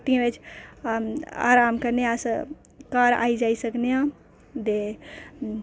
स्कूटियें बिच्च आराम कन्नै अस घर आई जाई सकने आं ते